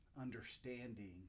understanding